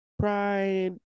pride